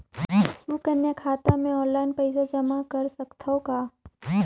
सुकन्या खाता मे ऑनलाइन पईसा जमा कर सकथव का?